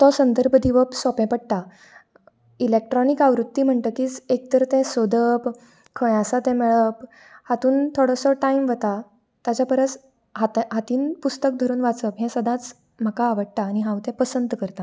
तो संदर्भ दिवप सोपे पडटा इलेक्ट्रोनीक आवृत्ती म्हणटकीर एक तर ते सोदप खंय आसा तें मेळप हातूंत थोडोसो टायम वता ताच्या परस हातान हातीन पुस्तक धरुन वाचप हें सदांच म्हाका आवडटा आनी हांव तें पसंद करता